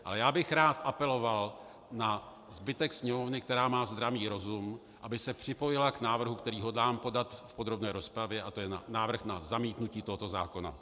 Ale rád bych apeloval na zbytek sněmovny, která má zdravý rozum, aby se připojila k návrhu, který hodlám podat v podrobné rozpravě, a to je návrh na zamítnutí tohoto zákona.